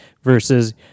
Versus